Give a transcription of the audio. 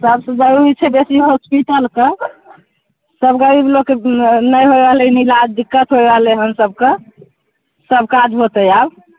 सबसे जरूरी छै देखनाइ होस्पिटलके सब गरीब लोकके नहि होइ रहलै इलाज दिक्कत होइ रहलै हन सबके सब काज होतै आब